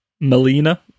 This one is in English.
Melina